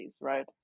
right